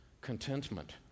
contentment